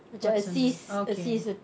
what's a okay